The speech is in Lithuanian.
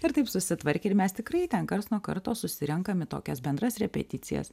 ir taip susitvarkė ir mes tikrai ten karts nuo karto susirenkam į tokias bendras repeticijas